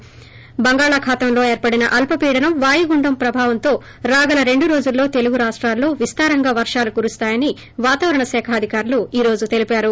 ి ప్ర బంగాళాఖాతంలో అల్సీడనం వాయుగుండం ప్రభావంతో రాగల రెందు రోజుల్లో తెలుగు రాష్టాల్లో విస్తారంగా వర్షాలు కురుస్తాయని వాతావరణ శాఖ అధికారులు ఈ రోజు తెలిపారు